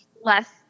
less